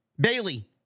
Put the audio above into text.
Bailey